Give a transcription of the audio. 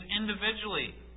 individually